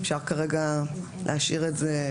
אפשר כרגע להשאיר את זה,